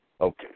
Okay